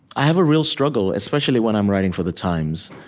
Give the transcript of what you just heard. i have a real struggle, especially when i'm writing for the times.